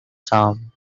some